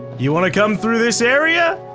you want to come through this area?